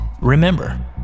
Remember